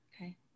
Okay